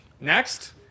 Next